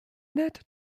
net